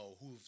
who've